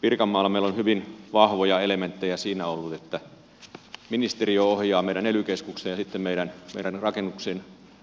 pirkanmaalla meillä on hyvin vahvoja elementtejä ollut siinä että ministeriö ohjaa meidän ely keskuksia ja sitten meidän